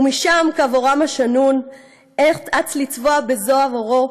// ומשם קו אורם השנון / אץ לצבוע בזוהב אורו